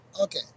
okay